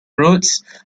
routes